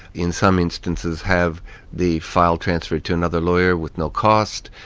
in some instances, have the file transferred to another lawyer with no cost.